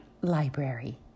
Library